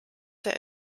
der